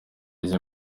izi